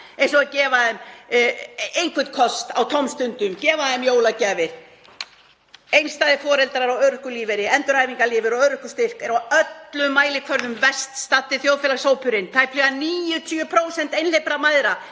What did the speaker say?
eins og að gefa þeim einhvern kost á tómstundum, gefa þeim jólagjafir. Einstæðir foreldrar á örorkulífeyri, endurhæfingarlífeyri og örorkustyrk eru á öllum mælikvörðum verst staddi þjóðfélagshópurinn. Tæplega 90% einhleypra mæðra